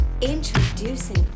introducing